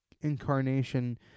incarnation